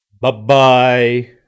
Bye-bye